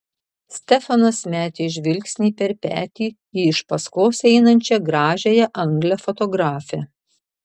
stefanas metė žvilgsnį per petį į iš paskos einančią gražiąją anglę fotografę